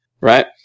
right